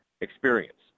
experience